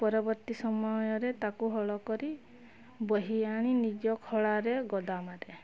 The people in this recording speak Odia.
ପରବର୍ତ୍ତୀ ସମୟରେ ତାକୁ ହଳ କରି ବୋହି ଆଣି ନିଜ ଖଳାରେ ଗଦା ମାରେ